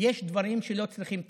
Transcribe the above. יש דברים שלא צריכים תקציב,